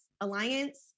alliance